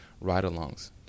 ride-alongs